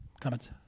Comments